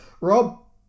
Rob